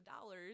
dollars